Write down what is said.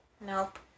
Nope